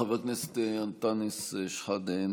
חבר הכנסת אנטאנס שחאדה,